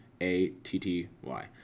A-T-T-Y